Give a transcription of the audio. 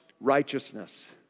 righteousness